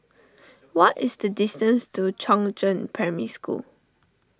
what is the distance to Chongzheng Primary School